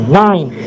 nine